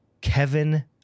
Kevin